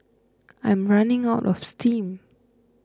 I'm running out of steam